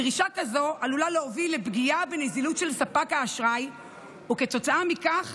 דרישה כזו עלולה להוביל לפגיעה בנזילות של ספק האשראי וכתוצאה מכך